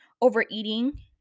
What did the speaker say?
overeating